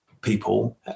people